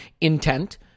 intent